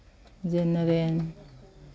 general